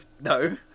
no